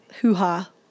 hoo-ha